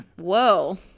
whoa